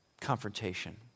confrontation